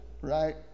right